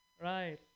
Right